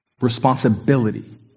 responsibility